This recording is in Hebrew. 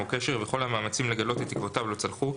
קשר וכל המאמצים לגלות את עקבותיו לא צלחו,